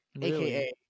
aka